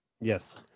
Yes